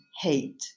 hate